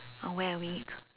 or wear a wig